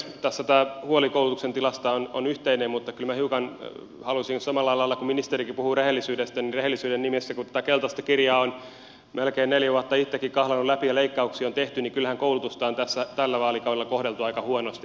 tässä tämä huoli koulutuksen tilasta on yhteinen mutta kyllä minä hiukan haluaisin samalla lailla kuin ministerikin joka puhui rehellisyydestä rehellisyyden nimissä sanoa että kun tätä keltaista kirjaa on melkein neljä vuotta itsekin kahlannut läpi ja leikkauksia on tehty niin kyllähän koulutusta on tällä vaalikaudella kohdeltu aika huonosti